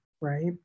right